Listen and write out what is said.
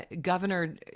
Governor